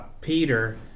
Peter